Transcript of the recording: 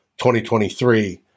2023